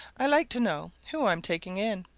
i like to know who i'm taking in.